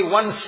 one